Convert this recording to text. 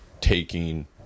taking